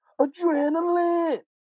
Adrenaline